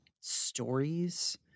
stories